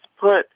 put